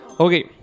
Okay